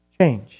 Change